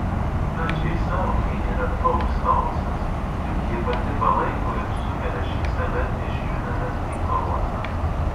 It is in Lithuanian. pačiai sau ji yra toks chaosas juk ji pati palaiko ir sukelia šį save išjudinantį chaosą